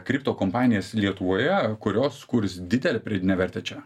kripto kompanijas lietuvoje kurios sukurs didelę pridėtinę vertę čia